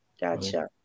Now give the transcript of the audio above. Gotcha